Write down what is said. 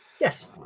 Yes